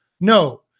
No